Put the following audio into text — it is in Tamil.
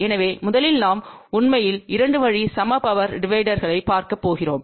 எனவே முதலில் நாம் உண்மையில் 2 வழி சம பவர் டிவைடர்னைப் பார்க்கப் போகிறோம்